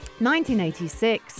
1986